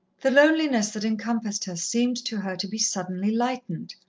the loneliness that encompassed her seemed to her to be suddenly lightened,